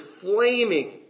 flaming